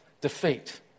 defeat